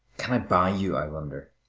can i buy you, i wonder,